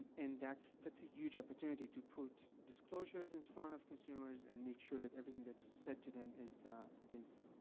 and that's that's a huge opportunity to put disclosures in front of consumers and make sure that everything that's said to them is, ah is,